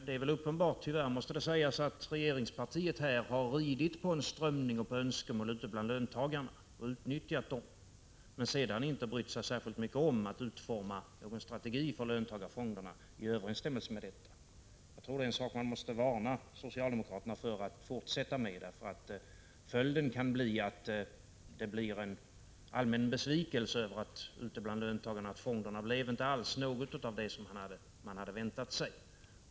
Det är uppenbart — det måste tyvärr sägas — att regeringspartiet har ridit på en strömning och på önskemål ute bland löntagarna och utnyttjat dem men sedan inte brytt sig särskilt mycket om att utforma någon strategi för löntagarfonderna i överensstämmelse med detta. Jag tror att man måste varna socialdemokraterna för att fortsätta med detta, därför att följden kan bli en allmän besvikelse ute bland löntagarna över att löntagarfonderna inte alls blev något av det som de hade väntat sig.